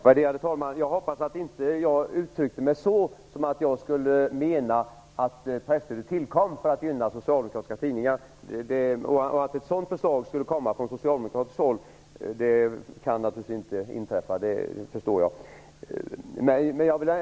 Värderade talman! Jag hoppas att jag inte uttryckte mig så, att presstödet tillkom för att gynna socialdemokratiska tidningar. Att ett sådant förslag skulle läggas fram från socialdemokratiskt håll kan naturligtvis inte inträffa - det förstår jag.